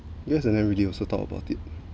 because we everyday also talk about it